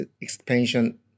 expansion